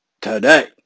today